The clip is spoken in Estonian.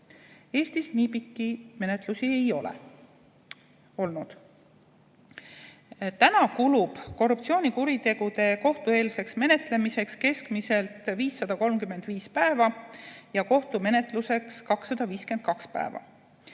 Eestis nii pikki menetlusi ei ole olnud. Tänapäeval kulub korruptsioonikuritegude kohtueelseks menetluseks keskmiselt 535 päeva ja kohtumenetluseks 252 päeva.